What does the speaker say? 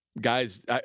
Guys